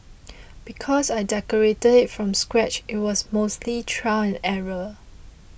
because I decorated it from scratch it was mostly trial and error